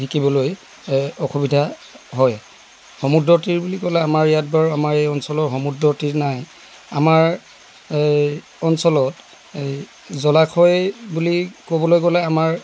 শিকিবলৈ অসুবিধা হয় সমুদ্ৰ তীৰ বুলি ক'লে আমাৰ ইয়াত বাৰু আমাৰ এই অঞ্চলত সমুদ্ৰ তীৰ নাই আমাৰ অঞ্চলত এই জলাশয় বুলি ক'বলৈ গ'লে আমাৰ